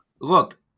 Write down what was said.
look